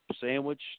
sandwich